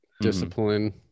discipline